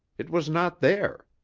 it was not there.